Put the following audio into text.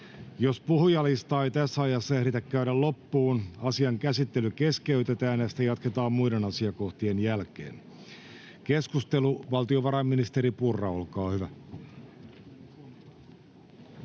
Jos puhujalistaa ei tässä ajassa ehditä käydä loppuun, asian käsittely keskeytetään ja sitä jatketaan muiden asiakohtien jälkeen. — Ministeri Adlercreutz, olkaa hyvä.